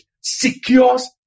secures